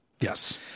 Yes